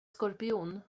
skorpion